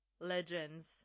legends